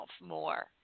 more